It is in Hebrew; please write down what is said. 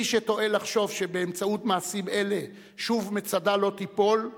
מי שטועה לחשוב שבאמצעות מעשים אלה שוב מצדה לא תיפול,